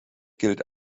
gilt